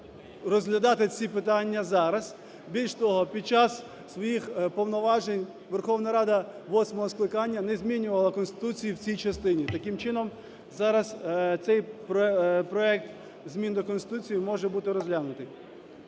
розглядати ці питання зараз. Більше того, під час своїх повноважень Верховна Рада восьмого скликання не змінювала Конституцію в цій частині. Таким чином, зараз цей проект змін до Конституції може бути розглянутий.